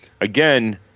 again